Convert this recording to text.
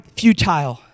futile